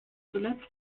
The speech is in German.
zuletzt